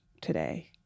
today